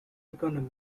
economy